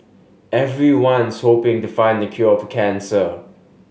everyone's hoping to find the cure for cancer